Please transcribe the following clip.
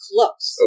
Close